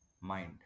mind